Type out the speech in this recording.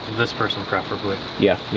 this person preferably. yeah,